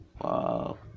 Wow